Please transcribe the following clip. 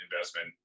investment